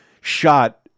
shot